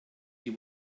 die